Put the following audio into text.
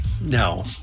No